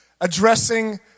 addressing